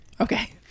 Okay